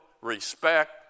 respect